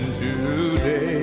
today